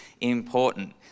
important